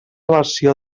versió